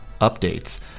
updates